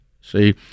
See